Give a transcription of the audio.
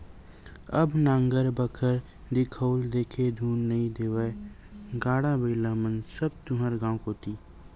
अब नांगर बखर दिखउल देथे धुन नइ देवय गाड़ा बइला मन सब तुँहर गाँव कोती